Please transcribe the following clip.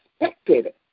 expected